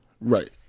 right